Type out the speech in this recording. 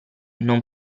non